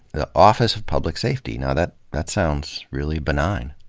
the office of public safety. you know that that sounds really benign.